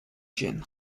gin